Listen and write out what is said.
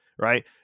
right